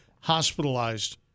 hospitalized